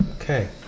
Okay